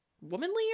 womanly